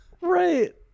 Right